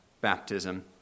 baptism